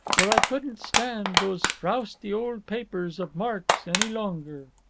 for i couldn't stand those frowsty old papers of mark's any longer.